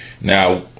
Now